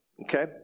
okay